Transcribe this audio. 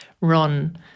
run